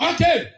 Okay